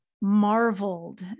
marveled